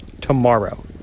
tomorrow